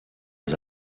les